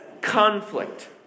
conflict